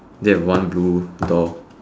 do you have one blue door